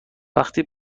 وقتی